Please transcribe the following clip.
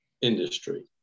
industry